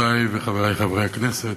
חברותי וחברי הכנסת,